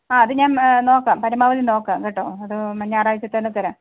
ആ അതു ഞാൻ നോക്കാം പരമാവധി നോക്കാം കേട്ടോ അത് ഞായറാഴ്ച തന്നെ തരാം